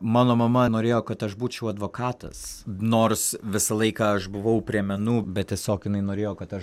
mano mama norėjo kad aš būčiau advokatas nors visą laiką aš buvau prie menų bet tiesiog jinai norėjo kad aš